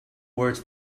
words